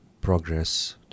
progress